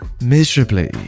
miserably